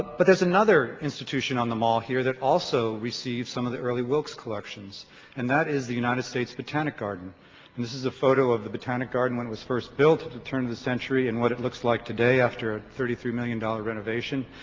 but there's another institution on the mall here that also receives some of the early wilkes collections and that is the united states botanic garden and this is a photo of the botanic garden when it was first built at the turn the century and what it looks like today after a thirty three million dollar renovation,